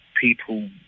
people